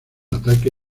ataque